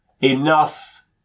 enough